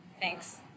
thanks